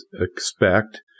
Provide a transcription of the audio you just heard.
expect